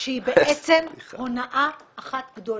שהיא בעצם הונאה אחת גדולה.